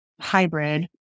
hybrid